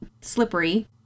slippery